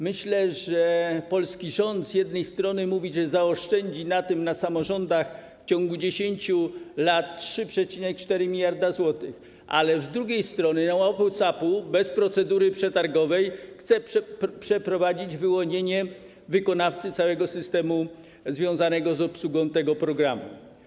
Myślę, że polski rząd z jednej strony mówi, że zaoszczędzi na tym, na samorządach w ciągu 10 lat 3,4 mld zł, ale z drugiej strony na łapu capu, bez procedury przetargowej chce wyłonić wykonawcę całego systemu związanego z obsługą tego programu.